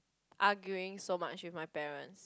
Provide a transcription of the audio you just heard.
arguing so much with my parents